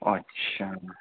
اچھا